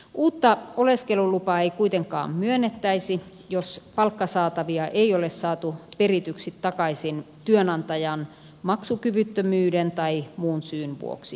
uutta oleskelulupaa ei kuitenkaan myönnettäisi jos palkkasaatavia ei ole saatu perityksi takaisin työnantajan maksukyvyttömyyden tai muun syyn vuoksi